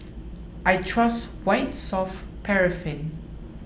I trust White Soft Paraffin